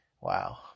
Wow